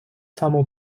самого